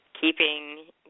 keeping